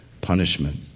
punishment